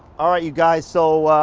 all right, you guys. so